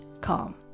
calm